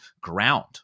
ground